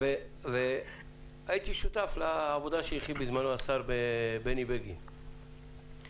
הייתי שותף לעבודה שהכין בזמנו השר בני בגין,